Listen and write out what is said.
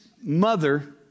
mother